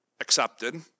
accepted